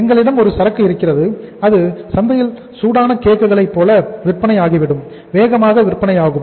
எங்களிடம் ஒரு சரக்கு இருக்கிறது அது சந்தையில் சூடான கேக்குகளை போல விற்பனை ஆகிவிடும் வேகமாக விற்பனை ஆகும்